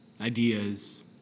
ideas